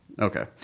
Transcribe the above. okay